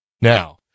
Now